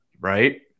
right